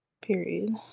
Period